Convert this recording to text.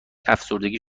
افسردگی